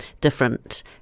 different